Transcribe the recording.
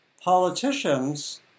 Politicians